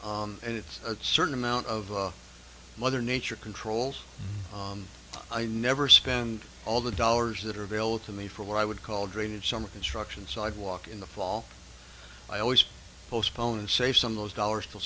is and it's a certain amount of mother nature controls i never spend all the dollars that are available to me for what i would call dated summer construction sidewalk in the fall i always postpone and save some of those dollars till